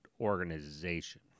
organization